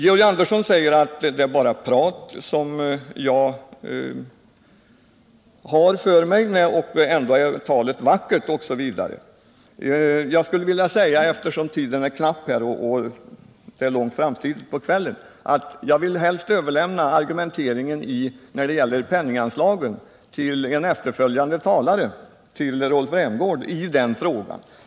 Georg Andersson säger att det bara är prat som jag har för mig, men ändå är talet vackert osv. Eftersom tiden är knapp och kvällen är långt framskriden vill jag helst överlämna argumenteringen när det gäller penninganslagen till en efterföljande talare, Rolf Rämgård.